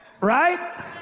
right